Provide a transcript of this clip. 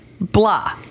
blah